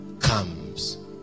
comes